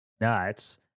nuts